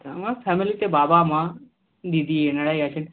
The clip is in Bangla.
আমার ফ্যামিলিতে বাবা মা দিদি এনারাই আছে